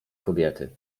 kobiety